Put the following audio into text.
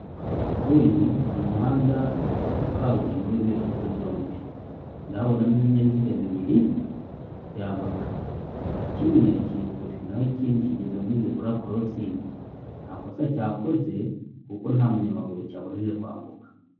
Uyu ni umuhanda wa kaburimbo w'ibyerekezo byombi, ndahabonamo ibinyaziga bibiri bya moto, kimwe kiri kure na ho ikindi kigeze muri zebra crossing, nta kosa cyakoze kuko nta munyamaguru cyabujije kwambuka.